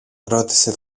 ρώτησε